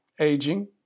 aging